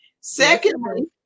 Secondly